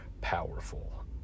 powerful